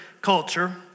culture